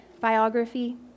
biography